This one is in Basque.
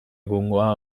egungoa